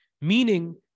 Meaning